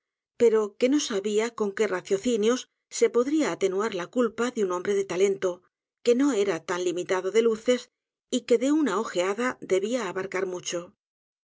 pero que no sabia con qué raciocinios se podría atenuar la culpa de un hombre de talento que no era tan limitado de luces j que de una ojeada debía abarcar mucho